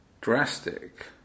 drastic